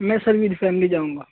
میں sir with family جاؤں گا